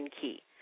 key